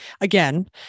again